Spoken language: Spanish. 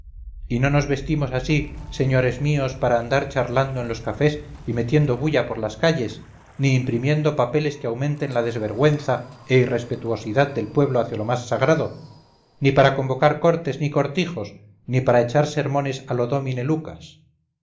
y no nos vestimos así señores míos para andar charlando en los cafés y metiendo bulla por las calles ni imprimiendo papeles que aumenten la desvergüenza e irrespetuosidad del pueblo hacia lo más sagrado ni para convocar cortes ni cortijos ni para echar sermones a lo dómine lucas